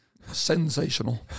Sensational